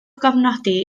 gofnodi